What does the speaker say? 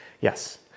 Yes